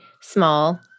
small